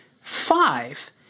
five